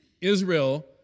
Israel